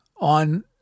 on